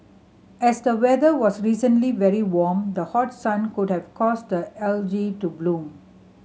as the weather was recently very warm the hot sun could have caused the algae to bloom